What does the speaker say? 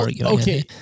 Okay